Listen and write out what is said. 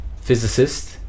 physicist